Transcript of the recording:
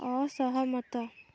ଅସହମତ